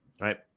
right